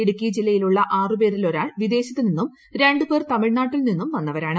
ഇടുക്കി ജില്ലയിലുള്ള ആറുപേരിൽ ഒരാൾ വിദേശത്തുനിന്നും രണ്ട് പേർ തമിഴ്നാട്ടിൽ നിന്നും വന്നതാണ്